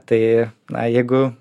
tai na jeigu